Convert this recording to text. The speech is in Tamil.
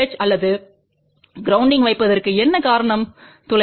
எச் அல்லது கிரௌண்டிங்தற்கு வைப்பதற்கு என்ன காரணம் துளை